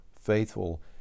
faithful